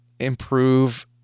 improve